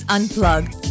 Unplugged